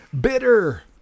bitter